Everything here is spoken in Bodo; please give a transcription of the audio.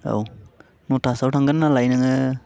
औ न'थासोआव थांगोन नालाय नोङो